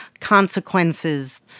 consequences